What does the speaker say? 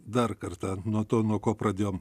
dar kartą nuo to nuo ko pradėjom